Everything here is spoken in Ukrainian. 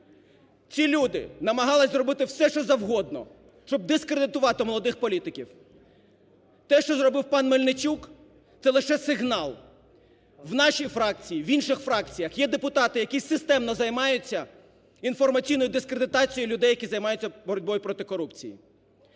Ці люди намагалися зробити все, що завгодно, щоб дискредитувати молодих політиків. Те, що зробив пан Мельничук, це лише сигнал. В нашій фракції, в інших фракціях є депутати, які системно займаються інформаційною дискредитацією людей, які займаються боротьбою проти корупції.